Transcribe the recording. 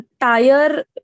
tire